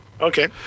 Okay